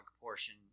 portion